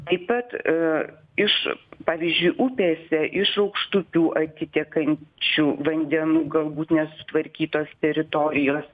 taip pat i iš pavyzdžiui upėse iš aukštupių atitekančių čių vandenų galbūt nesutvarkytos teritorijos